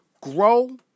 grow